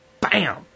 bam